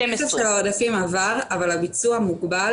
הכסף של העודפים עבר אבל הביצוע מוגבל,